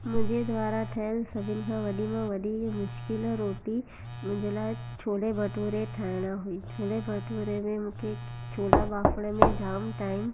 मुंहिंजे द्वारा ठहियल सभिनि खां वॾी में वॾी मुश्किल रोटी मुंहिंजे लाइ छोले भटूरे ठाहिण हुई छोले भटूरे में मूंखे छोला वापिरण में जाम टाइम